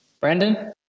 Brandon